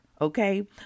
Okay